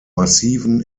massiven